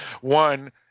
One